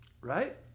right